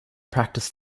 practice